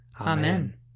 Amen